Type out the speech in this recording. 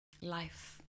life